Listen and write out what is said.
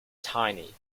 tiny